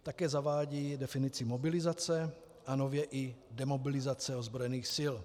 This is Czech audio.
Také zavádí definici mobilizace a nově i demobilizace ozbrojených sil.